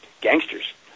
gangsters